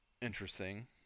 Interesting